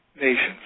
nations